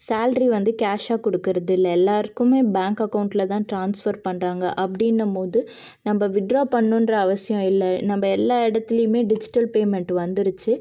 salary வந்து கேஷாக கொடுக்கறதில்ல எல்லாருக்குமே பேங்க் அக்கௌண்ட்ல தான் ட்ரான்ஸ்ஃபர் பண்ணுறாங்க அப்படின்னமோது நம்ம வித்ட்ரா பண்ணணுன்ற அவசியம் இல்லை நம்ம எல்லா இடத்துலியுமே டிஜிட்டல் பேமெண்ட் வந்துருச்சு